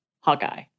Hawkeye